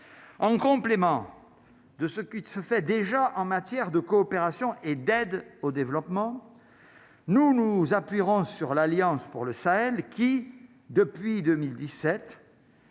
en complément de ce qui se fait déjà en matière de coopération et d'aide au développement, nous nous appuierons sur l'Alliance pour le Sahel qui, depuis 2017.